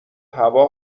هوا